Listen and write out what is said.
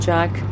Jack